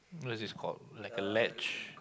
this is court like a ledge